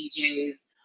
DJs